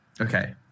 okay